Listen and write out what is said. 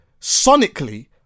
sonically